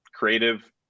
creative